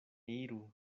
iru